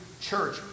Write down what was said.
church